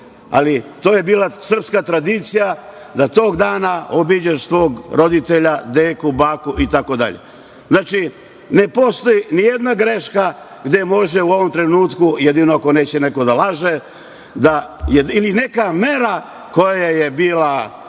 ali to je bila srpska tradicija da tog dana obiđeš svog roditelja, deku, baku i tako dalje. Znači, ne postoji nijedna graška gde može u ovom trenutku, jedino ako neće neko da laže, ili neka mera koja je bila